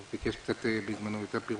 הוא ביקש בזמנו יותר פירוט.